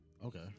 Okay